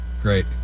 Great